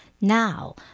Now